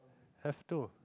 have to